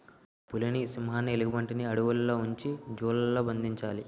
పులిని సింహాన్ని ఎలుగుబంటిని అడవుల్లో ఉంచి జూ లలో బంధించాలి